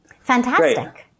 fantastic